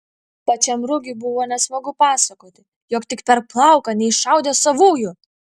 pačiam rugiui buvo nesmagu pasakoti jog tik per plauką neiššaudė savųjų